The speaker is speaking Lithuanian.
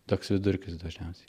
toks vidurkis dažniausiai